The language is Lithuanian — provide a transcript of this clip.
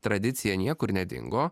tradicija niekur nedingo